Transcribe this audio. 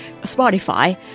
Spotify